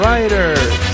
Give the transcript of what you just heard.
Riders